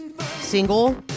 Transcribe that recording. single